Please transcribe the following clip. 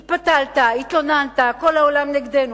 התפתלת, התלוננת, כל העולם נגדנו.